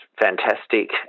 fantastic